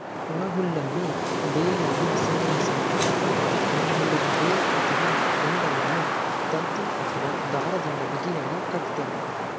ಒಣಹುಲ್ಲನ್ನು ಬೇಲ್ನಲ್ಲಿ ಸಂಗ್ರಹಿಸಲಾಗ್ತದೆ, ಒಣಹುಲ್ಲಿನ ಬೇಲ್ ಅಥವಾ ಬಂಡಲನ್ನು ತಂತಿ ಅಥವಾ ದಾರದಿಂದ ಬಿಗಿಯಾಗಿ ಕಟ್ತರೆ